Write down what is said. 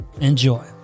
Enjoy